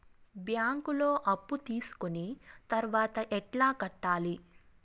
బ్యాంకులో అప్పు తీసుకొని తర్వాత ఎట్లా కట్టాలి?